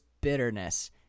bitterness